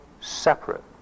separate